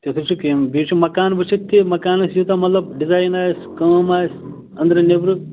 تِتھُے چھُ بیٚیہِ چھُ مکان وٕچھِتھ تہِ مکانَس یوٗتاہ مطلب ڈِزایِن آسہِ کٲم آسہِ أندرٕ نٮ۪برٕ